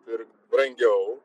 pirkt brangiau